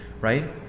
right